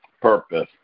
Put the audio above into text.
purpose